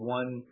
one